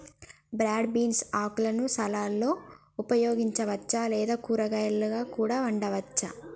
broad beans ఆకులను సలాడ్లలో ఉపయోగించవచ్చు లేదా కూరగాయాలా కూడా వండవచ్చు